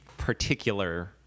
Particular